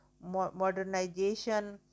modernization